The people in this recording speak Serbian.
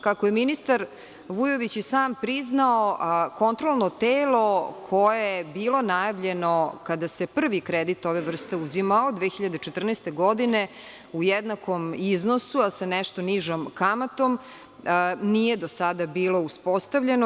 Kako je ministar Vujović i sam priznao, kontrolno telo koje je bilo najavljeno kada se prvi kredit ove vrste uzimao 2014. godine, u jednakom iznosu, ali sa nešto nižom kamatom, nije do sada bilo uspostavljeno.